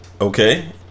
Okay